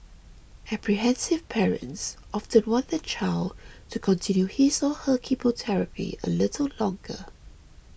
apprehensive parents often want their child to continue his or her chemotherapy a little longer